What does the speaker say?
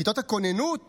כיתות הכוננות